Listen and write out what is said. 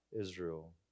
Israel